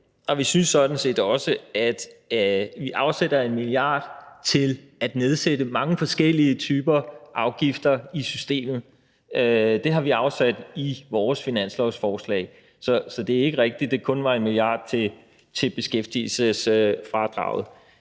set også, at vi afsætter 1 mia. kr. at nedsætte mange forskellige typer af afgifter i systemet. Det har vi afsat i vores finanslovsforslag, så det er ikke rigtigt, at det kun var 1 mia. kr. til beskæftigelsesfradraget.